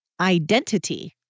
identity